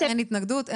אין התנגדות,